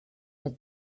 did